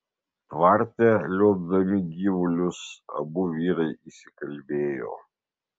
tvarte liuobdami gyvulius abu vyrai įsikalbėjo